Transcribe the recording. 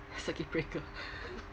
circuit breaker